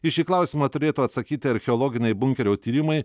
į šį klausimą turėtų atsakyti archeologiniai bunkerio tyrimai